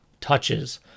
touches